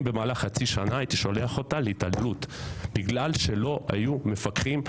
אני במהלך חצי שנה הייתי שולח אותה להתעללות בגלל שלא היו מפקחים.